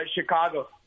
Chicago